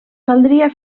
caldria